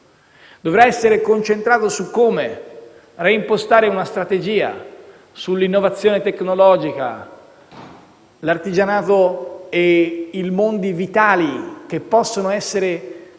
Dovrà essere concentrato su come reimpostare una strategia, sull'innovazione tecnologica, sull'artigianato e sui mondi vitali che possono essere